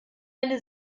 eine